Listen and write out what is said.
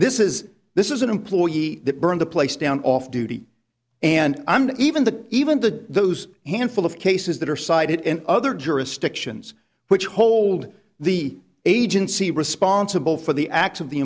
this is this is an employee that burn the place down off duty and i'm not even the even the those handful of cases that are cited in other jurisdictions which hold the agency responsible for the act